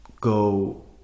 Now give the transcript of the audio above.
go